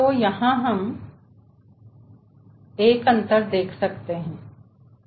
तो यहां हम अंतर देख सकते हैं